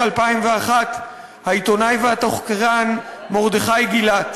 2001 העיתונאי והתחקירן מרדכי גילת.